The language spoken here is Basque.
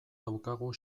daukagu